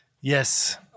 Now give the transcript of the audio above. Yes